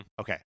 Okay